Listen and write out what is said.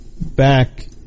back